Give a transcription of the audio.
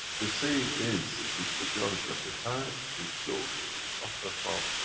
the same is with majority of the time, with those who suffer from